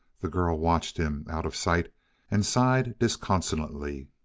the girl watched him out of sight and sighed disconsolately.